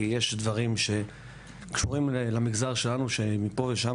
כי יש דברים שקשורים למגזר שלנו שמפה לשם